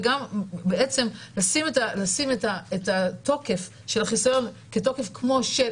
וגם לשים את התוקף של החיסיון כתוקף כמו